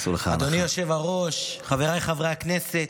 אדוני היושב-ראש, חבריי חברי הכנסת,